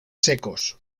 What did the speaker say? secos